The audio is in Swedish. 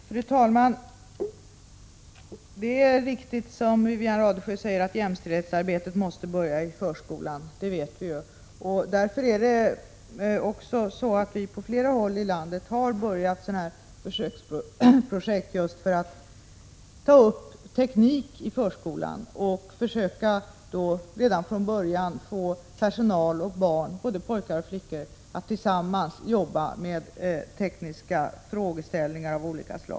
Fru talman! Det är riktigt som Wivi-Anne Radesjö säger att jämställdhetsarbetet måste börja i förskolan. Detta vet vi, och därför har vi också på flera håll i landet börjat med försöksprojekt för att ta upp teknik i förskolan och redan från början få personal och barn — både pojkar och flickor — att tillsammans jobba med tekniska frågeställningar av olika slag.